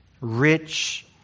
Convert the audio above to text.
rich